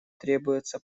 требуется